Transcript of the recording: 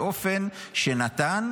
באופן שנתן,